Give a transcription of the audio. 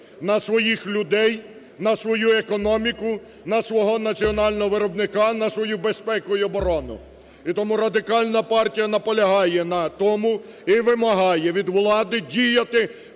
на своїх людей, на свою економіку, на свого національного виробника, на свою безпеку і оборону. І тому Радикальна партія наполягає на тому і вимагає від влади діяти